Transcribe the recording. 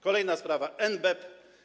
Kolejna sprawa - NBP.